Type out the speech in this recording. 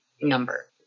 number